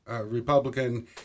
Republican